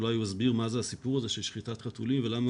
אולי הוא יסביר מה זה הסיפור הזה של שחיטת חתולים ולמה